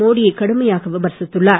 மோடியை கடுமையாக விமர்சித்துள்ளார்